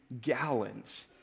gallons